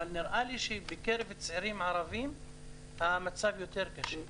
אבל נראה לי שבקרב צעירים ערבים המצב יותר קשה.